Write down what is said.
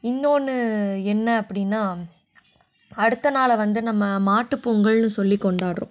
இன்னோன்னு என்ன அப்படின்னா அடுத்த நாளை வந்து நம்ம மாட்டுப்பொங்கல்னு சொல்லி கொண்டாடுறோம்